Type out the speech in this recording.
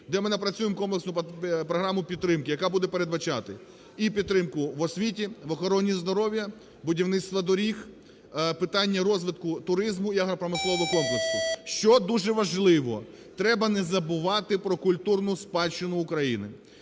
де ми напрацюємо комплексну програму підтримки, яка буде передбачати і підтримку в освіті, в охороні здоров'я, будівництва доріг, питання розвитку туризму і агропромислового комплексу. Що дуже важливо. Треба не забувати про культурну спадщину України,